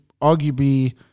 arguably